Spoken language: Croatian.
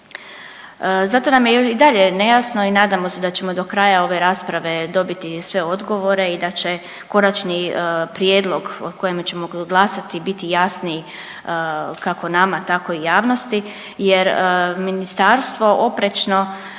Zato nam je i dalje nejasno i nadamo se da ćemo do kraja ove rasprave dobiti sve odgovore i da će konačni prijedlog o kojem ćemo glasati biti jasniji kako nama tako i javnosti jer ministarstvo oprečno